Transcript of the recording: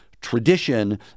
tradition